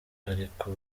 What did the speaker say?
ariko